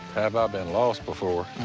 have i been lost before?